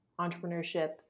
entrepreneurship